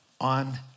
on